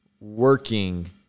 working